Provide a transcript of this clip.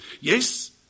Yes